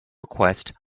request